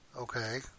Okay